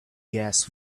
gas